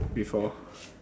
before